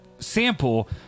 Sample